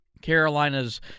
Carolina's